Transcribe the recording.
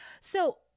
so-